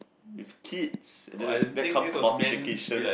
with kids and then there's that comes multiplication